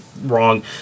wrong